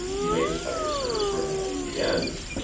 you may just have your service running on vms,